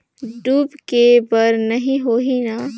डूबे के बर नहीं होही न?